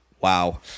wow